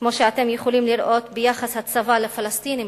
כמו שאתם יכולים לראות ביחס הצבא לפלסטינים,